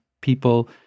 people